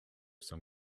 some